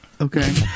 Okay